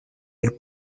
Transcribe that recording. del